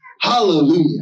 Hallelujah